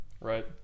right